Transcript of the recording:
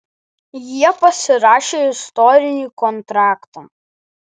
jie pasirašė istorinį kontraktą